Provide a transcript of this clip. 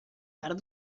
part